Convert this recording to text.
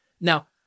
Now